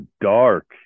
dark